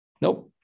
Nope